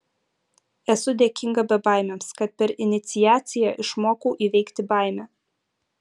esu dėkinga bebaimiams kad per iniciaciją išmokau įveikti baimę